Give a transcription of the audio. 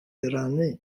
rannu